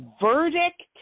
verdict